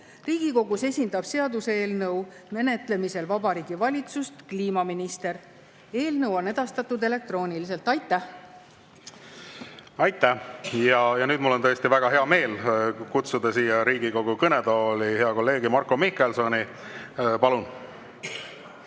Riigikogus esindab seaduseelnõu menetlemisel Vabariigi Valitsust kliimaminister. Eelnõu on edastatud elektrooniliselt. Aitäh! Nüüd on mul tõesti väga hea meel kutsuda Riigikogu kõnetooli hea kolleeg Marko Mihkelson. Palun!